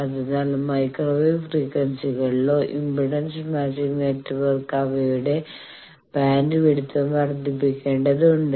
അതിനാൽ മൈക്രോ ഫ്രീക്വൻസികളിലെ impedance matching network അവയുടെ ബാൻഡ്വിഡ്ത്തും വർദ്ധിപ്പിക്കേണ്ടതുണ്ട്